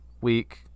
week